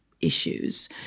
issues